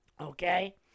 Okay